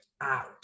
out